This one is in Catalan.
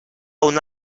una